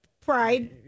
Pride